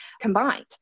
combined